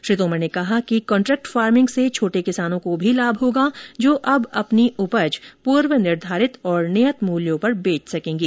श्री तोमर ने कहा कि कान्ट्रैक्ट फार्मिंग से छोटे किसानों को भी लाभ होगा जो अब अपनी उपज पूर्व निर्धारित और नियत मूल्यों पर बेच सकेंगे